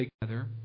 together